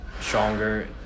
stronger